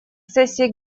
сессия